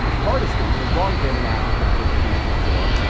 hardesty, who has long been an advocate for police reform,